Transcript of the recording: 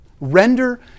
Render